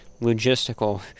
logistical